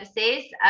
services